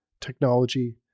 technology